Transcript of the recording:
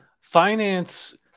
finance